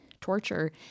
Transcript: torture